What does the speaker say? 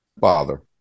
father